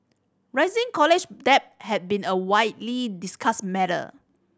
rising college debt has been a widely discussed matter